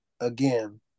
Again